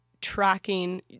tracking